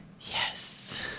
Yes